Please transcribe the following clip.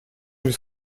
быть